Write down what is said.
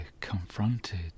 confronted